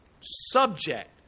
subject